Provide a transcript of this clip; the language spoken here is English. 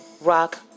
Rock